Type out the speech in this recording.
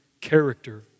character